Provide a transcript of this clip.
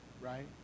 right